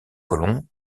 colomb